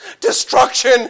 destruction